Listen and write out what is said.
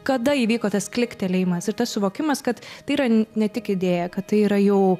kada įvyko tas kliktelėjimas ir tas suvokimas kad tai yra ne tik idėja kad tai yra jau